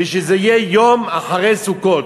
ושזה יהיה יום אחרי סוכות.